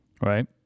right